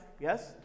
yes